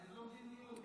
איזו מדיניות?